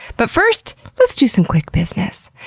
but first, let's do some quick business.